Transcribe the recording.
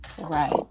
Right